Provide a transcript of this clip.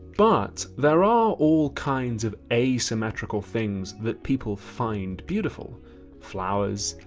but there are all kinds of asymmetrical things that people find beautiful flowers,